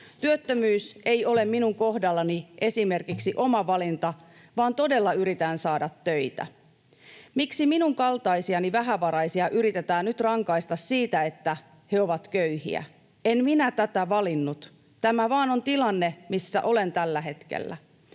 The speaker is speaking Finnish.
Työttömyys ei ole minun kohdallani esimerkiksi oma valinta, vaan todella yritän saada töitä. Miksi minun kaltaisiani vähävaraisia yritetään nyt rankaista siitä, että he ovat köyhiä? En minä tätä valinnut. Tämä vain on tilanne, missä olen tällä hetkellä.